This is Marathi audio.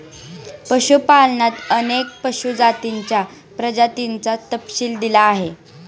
पशुपालनात अनेक पशु जातींच्या प्रजातींचा तपशील दिला आहे